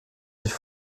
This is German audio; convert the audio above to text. sich